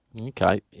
Okay